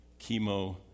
chemo